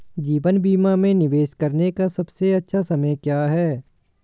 जीवन बीमा में निवेश करने का सबसे अच्छा समय क्या है?